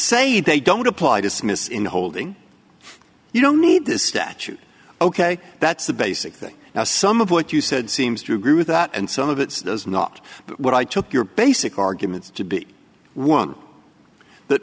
say they don't apply dismiss in holding you don't need this statute ok that's the basic thing now some of what you said seems to agree with that and some of it does not but what i took your basic arguments to be one th